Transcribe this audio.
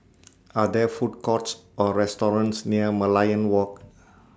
Are There Food Courts Or restaurants near Merlion Walk